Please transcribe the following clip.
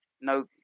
no